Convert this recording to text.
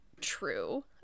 true